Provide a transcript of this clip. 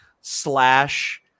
slash